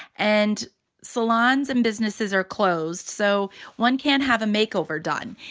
and salons and businesses are closed, so one can't have a makeover done.